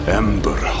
ember